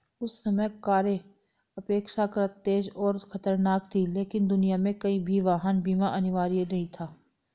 उस समय कारें अपेक्षाकृत तेज और खतरनाक थीं, लेकिन दुनिया में कहीं भी वाहन बीमा अनिवार्य नहीं था